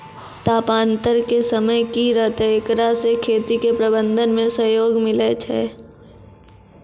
तापान्तर के समय की रहतै एकरा से खेती के प्रबंधन मे सहयोग मिलैय छैय?